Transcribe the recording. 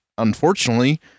Unfortunately